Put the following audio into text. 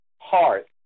heart